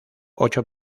ocho